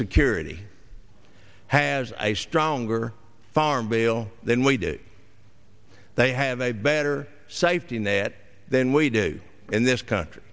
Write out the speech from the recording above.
security has a stronger farm bill than we do they have a better safety net than we do in this country